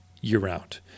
year-round